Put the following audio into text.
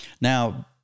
Now